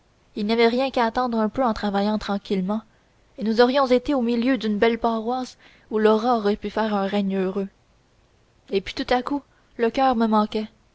il n'y avait rien qu'à attendre un peu en travaillant tranquillement et nous aurions été au milieu d'une belle paroisse où laura aurait pu faire un règne heureux et puis tout à coup le coeur me manquait